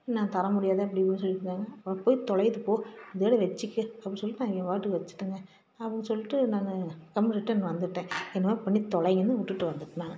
நான் தரமுடியாது அப்படி இப்படின்னு சொல்லிகிட்ருந்தாங்க அப்புறம் போய் தொலையுது போ இதோட வெச்சுக்க அப்படின்னு சொல்லிகிட்டு நான் என் பாட்டுக்கு வச்சுட்டேங்க அப்படின்னு சொல்லிவிட்டு நான் கம்முன்னு ரிட்டன் வந்துவிட்டேன் என்னமோ பண்ணி தொலைங்கன்னு விட்டுட்டு வந்துவிட்டேன் நான்